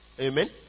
Amen